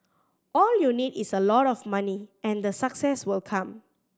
all you need is a lot of money and the success will come